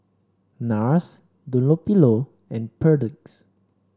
NARS Dunlopillo and Perdix